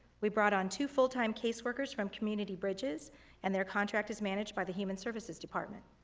we brought on two full time caseworkers from community bridges and they're contract is managed by the human services department.